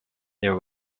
there